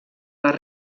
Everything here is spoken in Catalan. les